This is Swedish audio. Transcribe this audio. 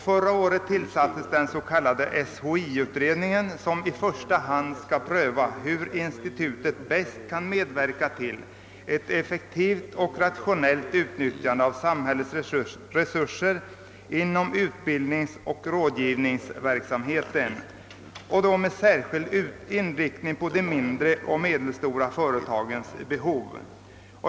Förra året tillsattes den s.k. SHI-utredningen som i första hand skall pröva hur institutet bäst kan medverka till ett helt och rationellt utnyttjande av samhällets resurser inom utbildningsoch rådgivningsverksamheten med särskild inriktning på de mindre och medelsto ra företagens behov.